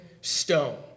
stone